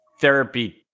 therapy